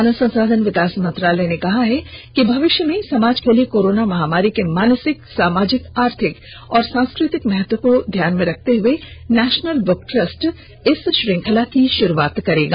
मानव संसाधन विकास मंत्रालय ने कहा है कि भविष्य में संमाज के लिए कोर्रोना महामारी के मानसिक सामाजिक आर्थिक और सांस्कृतिक महत्व को ध्यान मे रखते हुए नेशनल बुक ट्रस्ट इस श्रृंखला की शुरूआत करेगा